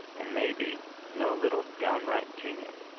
and maybe no little downright genius.